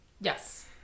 Yes